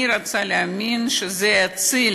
אני רוצה להאמין שזה יציל